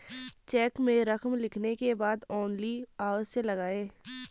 check में रकम लिखने के बाद ओन्ली अवश्य लगाएँ